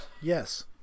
Yes